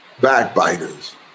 backbiters